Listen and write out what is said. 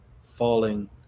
falling